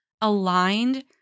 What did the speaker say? aligned